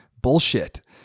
bullshit